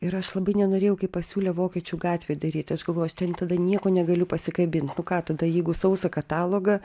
ir aš labai nenorėjau kai pasiūlė vokiečių gatvėj daryt aš galvoju aš ten tada nieko negaliu pasikabint nu ką tada jeigu sausą katalogą